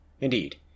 Indeed